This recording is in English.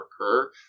occur